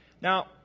Now